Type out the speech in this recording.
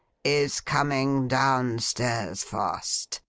is coming down stairs fast,